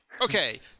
Okay